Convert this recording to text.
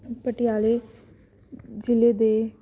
ਪਟਿਆਲੇ ਜਿਲ੍ਹੇ ਦੇ